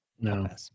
No